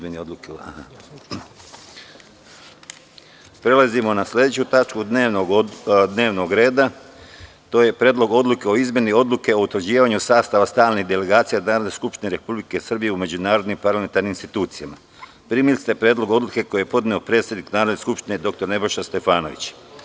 Prelazimo na sledeću tačku dnevnog reda – PREDLOG ODLUKE O IZMENI ODLUKE O UTVRĐIVANjU SASTAVA STALNIH DELEGACIJA NARODNE SKUPŠTINE REPUBLIKE SRBIJE U MEĐUNARODNIM PARLAMENTARNIM INSTITUCIJAMA Primili ste Predlog odluke koju je podneo predsednik Narodne skupštine dr Nebojša Stefanović.